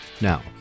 Now